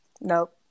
nope